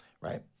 right